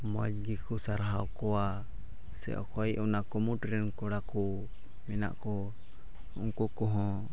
ᱢᱚᱡᱽ ᱜᱮᱠᱚ ᱥᱟᱨᱦᱟᱣ ᱠᱚᱣᱟ ᱥᱮ ᱚᱠᱚᱭ ᱚᱱᱟ ᱠᱩᱢᱩᱴ ᱨᱮᱱ ᱠᱚᱲᱟ ᱠᱚ ᱢᱮᱱᱟᱜ ᱠᱚ ᱩᱱᱠᱩ ᱠᱚᱦᱚᱸ